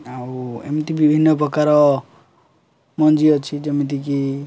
ଆଉ ଏମିତି ବିଭିନ୍ନ ପ୍ରକାର ମଞ୍ଜି ଅଛି ଯେମିତିକି